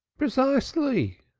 precisely.